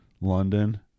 London